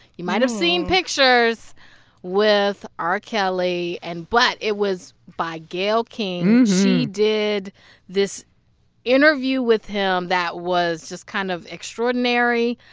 you might have seen pictures with r. kelly and but it was by gayle king. she did this interview with him that was just kind of extraordinary.